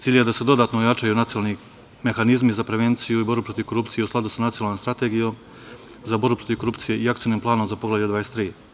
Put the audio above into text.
Cilj je da se dodatno ojačaju nacionalni mehanizmi za prevenciju i borbu protiv korupcije u skladu sa Nacionalnom strategijom za borbu protiv korupcije i Akcionim planom za Poglavlje 23.